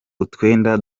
utwenda